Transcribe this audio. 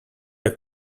are